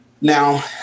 now